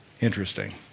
Interesting